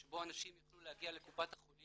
שבו אנשים יוכלו להגיע לקופת החולים